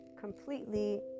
completely